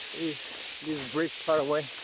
is this bridge far away.